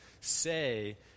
say